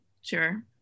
Sure